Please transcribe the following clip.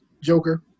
Joker